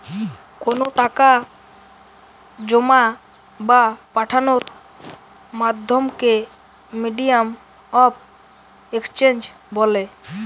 কোনো টাকা জোমা বা পাঠানোর মাধ্যমকে মিডিয়াম অফ এক্সচেঞ্জ বলে